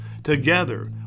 Together